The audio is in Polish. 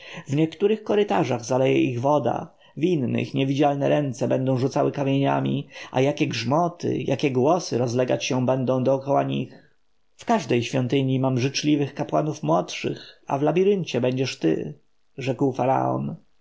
niektórych korytarzach zaleje ich woda w innych niewidzialne ręce będą rzucały kamieniami a jakie grzmoty jakie głosy rozlegać się będą dokoła nich w każdej świątyni mam życzliwych mi kapłanów młodszych a w labiryncie ty będziesz rzekł